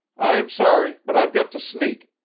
i'm sorry, but i've got to sneak.